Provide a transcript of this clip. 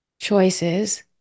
choices